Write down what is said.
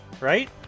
right